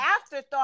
afterthought